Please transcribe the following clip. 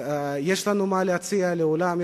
יש לנו מה להציע לעולם.